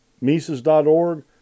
Mises.org